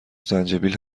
زنجبیل